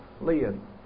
Leon